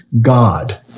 God